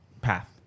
path